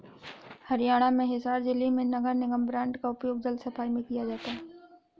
हरियाणा में हिसार जिले में नगर निगम बॉन्ड का उपयोग जल सफाई में किया गया